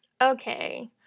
Okay